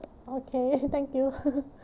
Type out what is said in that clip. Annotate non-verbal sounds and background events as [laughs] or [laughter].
okay thank you [laughs]